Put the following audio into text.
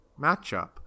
matchup